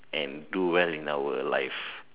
and do well in our life